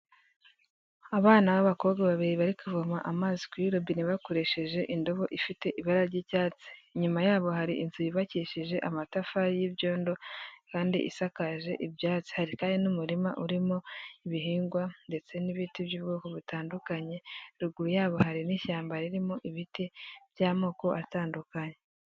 Abana b'abakobwa babiri bari kuvoma amazi kuri robine bakoresheje indobo ifite ibara ry'icyatsi, inyuma yabo hari inzu yubakishije amatafari y'ibyondo kandi isakaje ibyatsi, hari kandi n'umurima urimo ibihingwa ndetse n'ibiti by'ubwoko butandukanye, ruguru yabo hari n'ishyamba ririmo ibiti by'amoko atandukanye.